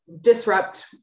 disrupt